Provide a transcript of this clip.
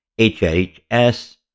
HHS